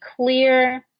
clear